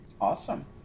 awesome